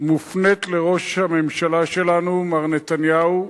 מופנה לראש הממשלה שלנו, מר נתניהו.